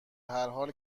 هرحال